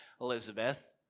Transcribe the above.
Elizabeth